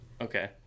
Okay